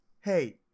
hey